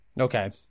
Okay